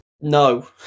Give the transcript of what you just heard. No